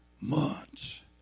months